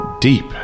deep